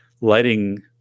lighting